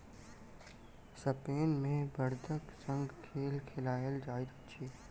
Spain मे बड़दक संग खेल खेलायल जाइत अछि